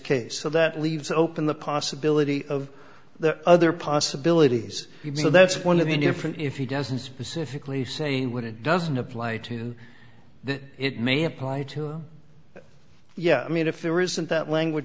case so that leaves open the possibility of the other possibilities even though that's one of the different if he doesn't specifically saying what it doesn't apply to and that it may apply to oh yeah i mean if there isn't that language